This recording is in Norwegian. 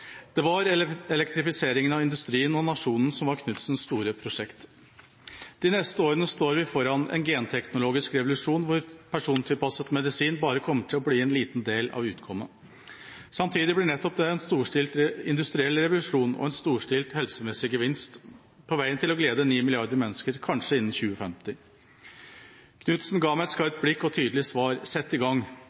var en handlingens mann. Det var elektrifiseringen av industrien og nasjonen som var Knudsens store prosjekt. De neste årene står vi foran en genteknologisk revolusjon hvor persontilpasset medisin bare kommer til å bli en liten del av utkommet. Samtidig blir nettopp det en storstilt industriell revolusjon og en storstilt helsemessig gevinst – på veien til å glede ni milliarder mennesker, kanskje innen 2050. Knudsen ga meg et skarpt blikk og et tydelig svar: Sett i gang!